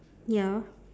ya